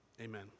amen